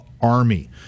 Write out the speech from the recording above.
Army